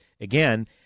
again